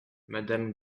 madame